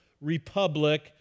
republic